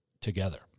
together